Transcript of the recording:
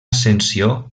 ascensió